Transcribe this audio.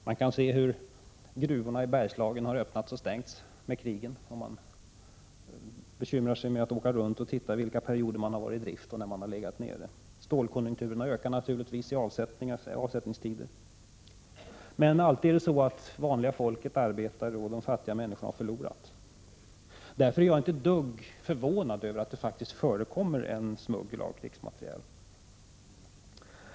Det går att se hur gruvorna i Bergslagen har öppnats och stängts i takt med krigen, om man bekymrar sig med att åka runt och ta reda på vilka perioder de varit i drift och legat nere. Stålkonjunkturerna ökar naturligtvis i avsättningstider. Folk, vanliga människor och arbetare, har däremot alltid förlorat. Därför är jag inte ett dugg förvånad över att smuggel av krigsmateriel har förekommit.